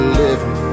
living